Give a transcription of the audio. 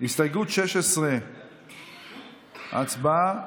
הסתייגות 16, הצבעה.